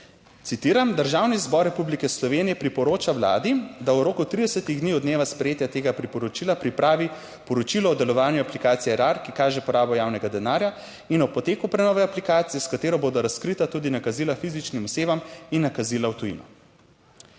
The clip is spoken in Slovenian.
Citiram: "Državni zbor Republike Slovenije priporoča Vladi, da v roku 30 dni od dneva sprejetja tega priporočila pripravi poročilo o delovanju aplikacije Erar, ki kaže porabo javnega denarja, in o poteku prenove aplikacije, s katero bodo razkrita tudi nakazila fizičnim osebam in nakazila v tujino".